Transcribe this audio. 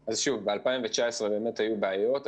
שוב, ב-2019 באמת היו בעיות.